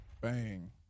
Bang